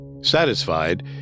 Satisfied